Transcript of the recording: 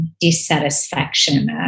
dissatisfaction